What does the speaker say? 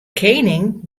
kening